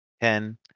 Ten